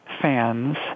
fans